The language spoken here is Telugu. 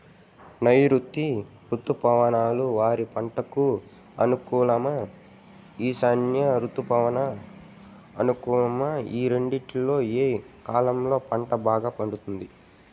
నైరుతి రుతుపవనాలు వరి పంటకు అనుకూలమా ఈశాన్య రుతుపవన అనుకూలమా ఈ రెండింటిలో ఏ కాలంలో పంట బాగా పండుతుంది?